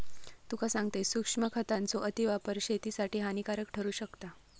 तुका सांगतंय, सूक्ष्म खतांचो अतिवापर शेतीसाठी हानिकारक ठरू शकता